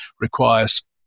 requires